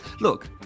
Look